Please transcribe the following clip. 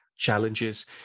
challenges